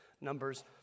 Numbers